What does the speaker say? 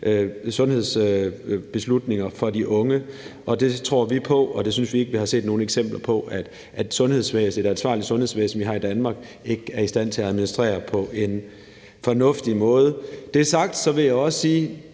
sundhedsbeslutninger for de unge. Det tror vi på, og vi synes ikke, vi har set nogle eksempler på, at det ansvarlige sundhedsvæsen, vi har i Danmark, ikke er i stand til at administrere det på en fornuftig måde. Det sagt vil jeg også sige,